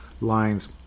lines